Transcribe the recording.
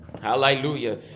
Hallelujah